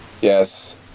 Yes